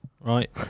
right